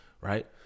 Right